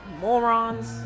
morons